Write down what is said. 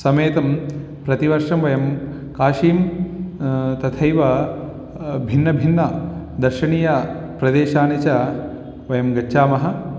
समेतं प्रतिवर्षं वयं काशीं तथैव भिन्नभिन्नदर्शनीयप्रदेशान् च वयं गच्छामः